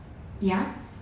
ya